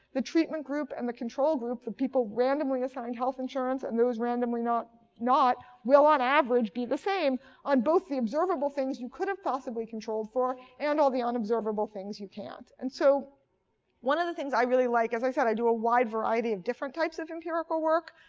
the treatment group and the control group the people randomly assigned health insurance and those randomly not not will on average be the same on both the observable things you could've possibly controlled for and all the unobservable things you can't. and so one of the things i really like, as i said, i do a wide variety of different types of empirical work.